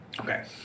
Okay